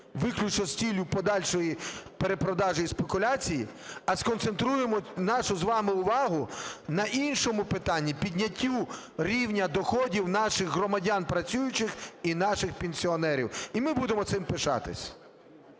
виключно з ціллю подальшої перепродажі і спекуляції, а сконцентруємо нашу з вами увагу на іншому питанні – підняттю рівня доходів наших громадян працюючих і наших пенсіонерів. І ми будемо цим пишатись.